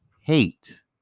hate